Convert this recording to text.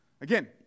Again